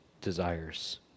desires